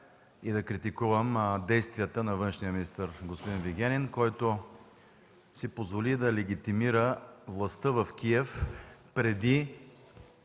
и да критикувам действията на външния министър господин Вигенин, който си позволи да легитимира властта в Киев, преди